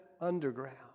underground